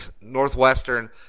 Northwestern